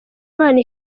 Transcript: imana